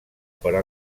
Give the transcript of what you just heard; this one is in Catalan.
però